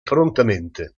prontamente